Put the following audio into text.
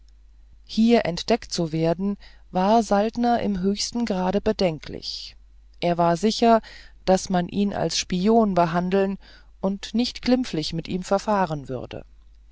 hier entdeckt zu werden war saltner im höchsten grade bedenklich er war sicher daß man ihn als spion behandeln und nicht glimpflich mit ihm verfahren würde